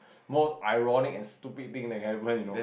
most irony and stupid thing that can happen you know